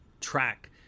track